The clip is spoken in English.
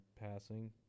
passing